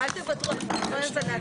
הישיבה ננעלה